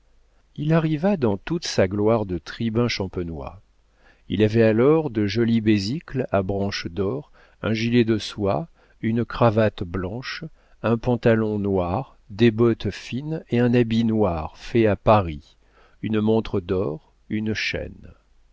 il arriva dans toute sa gloire de tribun champenois il avait alors de jolies besicles à branches d'or un gilet de soie une cravate blanche un pantalon noir des bottes fines et un habit noir fait à paris une montre d'or une chaîne